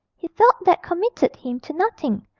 he felt that committed him to nothing,